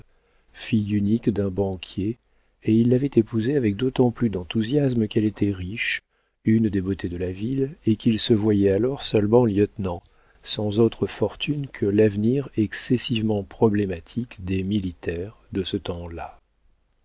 fille unique d'un banquier et il l'avait épousée avec d'autant plus d'enthousiasme qu'elle était riche une des beautés de la ville et qu'il se voyait alors seulement lieutenant sans autre fortune que l'avenir excessivement problématique des militaires de ce temps-là